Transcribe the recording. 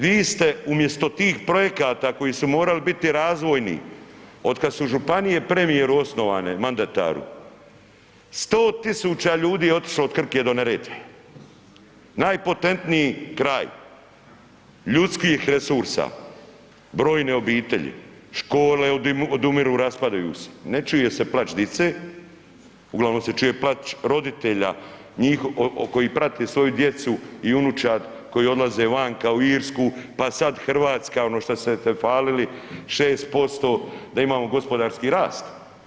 Vi ste umjesto tih projekata koji su morali biti razvojni, od kada su županije premijeru osnovane, mandataru 100.000 ljudi je otišlo od Krke do Neretve, najpotentniji kraj ljudskih resursa, brojne obitelji, škole odumiru raspadaju se, ne čuje se plač dice, uglavnom se čuje plač roditelja njih koji prate svoju djecu i unučad koji odlaze vanka u Irsku, pa sad Hrvatska ono što ste se hvalili 6% da imamo gospodarski rast.